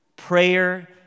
Prayer